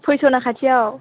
police थाना खाथियाव